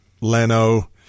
Leno